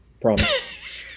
promise